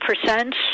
percent